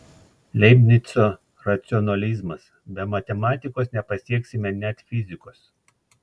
leibnico racionalizmas be matematikos nepasieksime net fizikos